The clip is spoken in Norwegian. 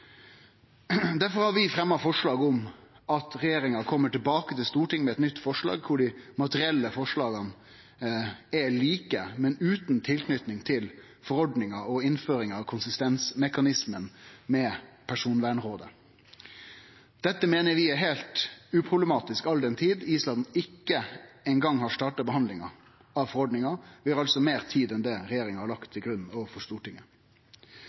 har vi fremja forslag om at regjeringa kjem tilbake til Stortinget med eit nytt forslag der dei materielle forslaga er like, men utan tilknyting til forordninga og innføring av konsistensmekanismen med Personvernrådet. Dette meiner vi er heilt uproblematisk all den tid Island ikkje eingong har starta behandlinga av forordninga. Vi har altså meir tid enn regjeringa har lagt til grunn overfor Stortinget.